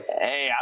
Hey